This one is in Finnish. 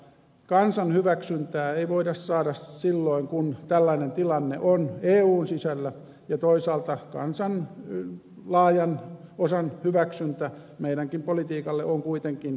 kansan hyväksyntää ei voida saada silloin kun tällainen tilanne on eun sisällä ja toisaalta kansan laajan osan hyväksyntä meidänkin politiikallemme on kuitenkin tarpeen